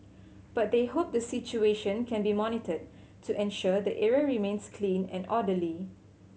but they hope the situation can be monitored to ensure the area remains clean and orderly